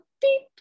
beep